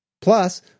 Plus